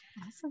Awesome